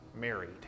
married